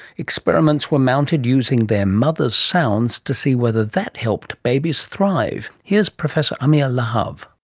experiments were mounted using their mothers' sounds to see whether that helped babies thrive. here's professor amir lahav.